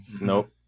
Nope